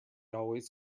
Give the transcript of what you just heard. always